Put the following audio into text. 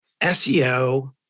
SEO